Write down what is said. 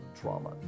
trauma